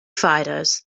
fighters